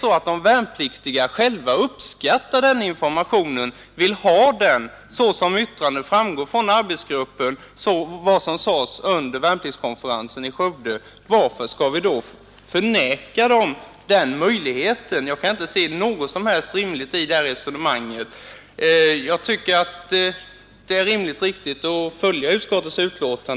Om nu de värnpliktiga själva uppskattar denna information och vill ha den, som framgår av yttrandet från arbetsgruppen och som sades under värnpliktskonferensen i Skövde, varför skall vi då förvägra dem denna möjlighet? Jag kan inte se något som helst rimligt i det resonemanget. Jag tycker att det är riktigt att följa utskottets förslag.